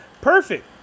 Perfect